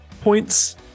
points